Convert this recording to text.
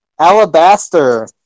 Alabaster